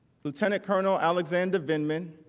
lieutenant colonel alexander vindman.